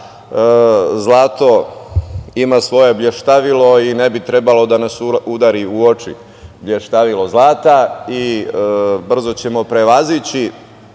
zlato ima svoje blještavilo i ne bi trebalo da nas udari u oči blještavilo zlata i brzo ćemo prevazići